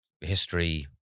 History